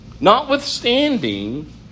notwithstanding